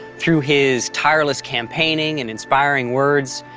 through his tireless campaigning and inspiring words,